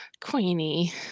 queenie